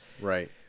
Right